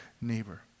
neighbor